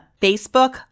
Facebook